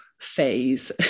phase